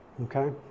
Okay